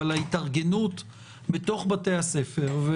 אבל ההתארגנות בתוך בתי הספר.